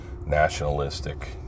nationalistic